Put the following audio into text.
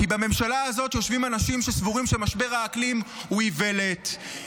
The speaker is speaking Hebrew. בממשלה הזאת יושבים אנשים שסבורים שמשבר האקלים הוא איוולת.